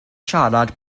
siarad